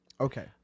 Okay